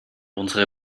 unsere